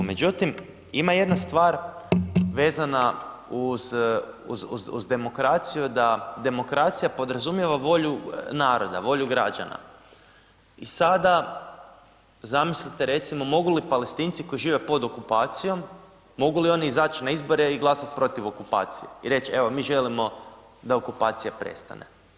Međutim, ima jedna stvar vezana uz demokraciju, da demokracija podrazumijeva volju naroda, volju građana i sada zamislite recimo mogu li Palestinci koji žive pod okupacijom, mogu li oni izać na izbore i glasat protiv okupacije i reć evo, mi želimo da okupacija prestane.